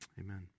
amen